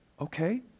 Okay